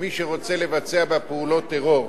למי שרוצה לבצע בה פעולות טרור,